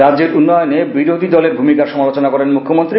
রাজ্যের উন্নয়নে বিরোধী দলের ভূমিকার সমালোচনা করেন মুখ্যমন্ত্রী